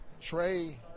Trey –